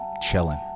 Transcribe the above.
Chilling